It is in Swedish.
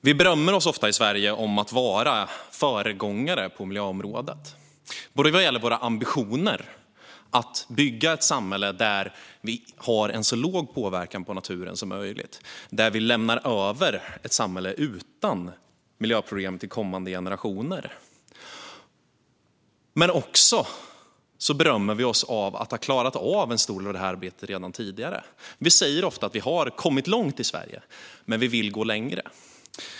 Vi berömmer oss ofta i Sverige av att vara föregångare på miljöområdet vad gäller vår ambition att bygga ett samhälle där vi har en så låg påverkan på naturen som möjligt och vår ambition att lämna över ett samhälle utan miljöproblem till kommande generationer. Vi berömmer oss också av att ha klarat av en stor del av det här arbetet redan tidigare. Vi säger ofta att vi har kommit långt i Sverige, men vi vill gå längre.